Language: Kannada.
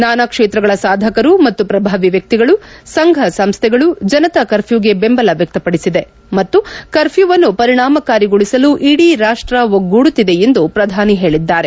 ನಾನಾ ಕ್ಷೇತ್ರಗಳ ಸಾಧಕರು ಮತ್ತು ಪ್ರಭಾವಿ ವ್ಯಕ್ತಿಗಳು ಸಂಘ ಸಂಸ್ಥೆಗಳು ಜನತಾ ಕರ್ಮ್ಯಾಗೆ ಬೆಂಬಲ ವ್ಯಕ್ತಪಡಿಸಿದೆ ಮತ್ತು ಕರ್ಝ್ಕುವನ್ನು ಪರಿಣಾಮಕಾರಿಗೊಳಿಸಲು ಇಡೀ ರಾಷ್ಟ ಒಗ್ಗೂಡುತ್ತಿದೆ ಎಂದು ಪ್ರಧಾನಿ ಹೇಳಿದ್ದಾರೆ